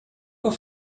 por